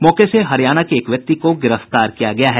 मौके से हरियाणा के एक व्यक्ति को गिरफ्तार किया गया है